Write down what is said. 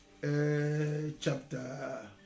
chapter